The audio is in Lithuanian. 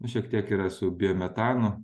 nu šiek tiek yra su biometanu